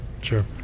sure